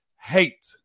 hate